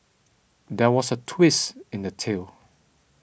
there was a twist in the tale